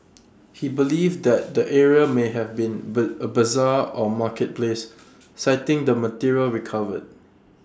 he believed that the area may have been ber A Bazaar or marketplace citing the material recovered